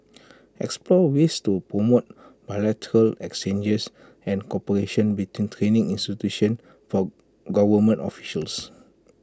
explore ways to promote bilateral exchanges and cooperation between training institutions for government officials